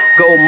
go